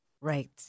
Right